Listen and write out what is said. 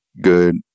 good